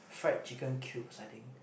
fried chicken cubes I think